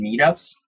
meetups